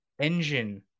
engine